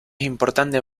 importante